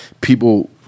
people